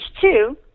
two